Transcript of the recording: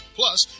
plus